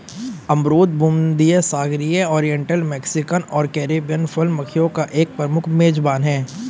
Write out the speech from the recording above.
अमरूद भूमध्यसागरीय, oriental, Mexican और कैरिबियन फल मक्खियों का एक प्रमुख मेजबान है